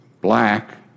black